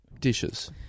dishes